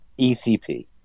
ecp